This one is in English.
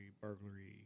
burglary